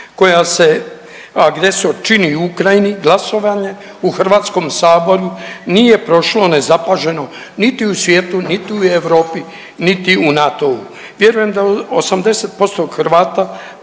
koja se, agresor čini u Ukrajini glasovanje u Hrvatskom saboru nije prošlo nezapaženo niti u svijetu, niti u Europi, niti u NATO-u. Vjerujem da 80% Hrvata